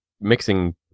mixing